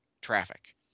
traffic